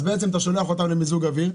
אז בעצם אתה שולח אותם למיזוג אוויר,